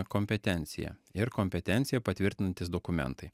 kompetencija ir kompetenciją patvirtinantys dokumentai